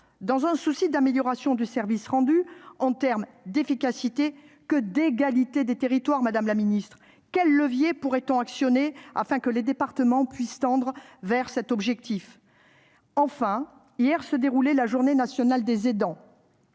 Dans un souci d'amélioration du service rendu, tant en termes d'efficacité que d'égalité des territoires, quels leviers pourrait-on actionner afin que les départements puissent améliorer ces délais ? Hier se déroulait la journée nationale des aidants.